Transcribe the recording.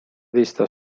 lista